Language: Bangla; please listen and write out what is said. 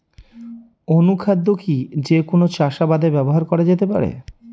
অনুখাদ্য কি যে কোন চাষাবাদে ব্যবহার করা যেতে পারে?